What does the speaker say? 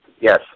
Yes